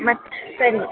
ಮತ್ತು ಸರಿ